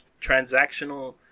transactional